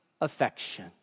affection